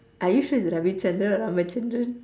are you sure is Ravi Chandran or Rama Chandran